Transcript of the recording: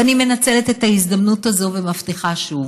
ואני מנצלת את ההזדמנות הזאת ומבטיחה שוב: